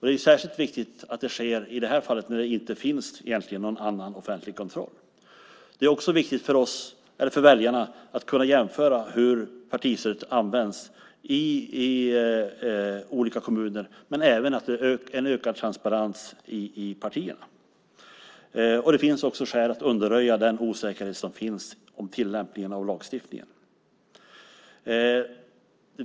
Det är särskilt viktigt att det sker i det här fallet när det egentligen inte finns någon annan offentlig kontroll. Det är också viktigt för väljarna att kunna jämföra hur partistödet används i olika kommuner men även att det är en ökad transparens i partierna. Det finns också skäl att undanröja den osäkerhet som finns om tillämpningen av lagstiftningen.